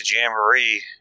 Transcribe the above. Jamboree